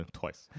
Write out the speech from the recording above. twice